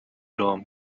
roma